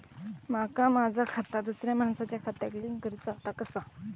माका माझा खाता दुसऱ्या मानसाच्या खात्याक लिंक करूचा हा ता कसा?